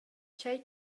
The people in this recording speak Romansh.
tgei